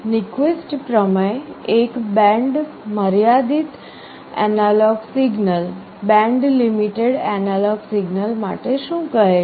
Nyquist પ્રમેય એક band મર્યાદિત એનાલોગ સિગ્નલ માટે શું કહે છે